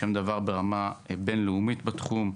שם דבר ברמה בין-לאומית בתחום.